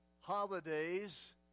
holidays